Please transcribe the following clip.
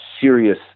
serious